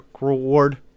reward